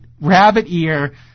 rabbit-ear